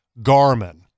Garmin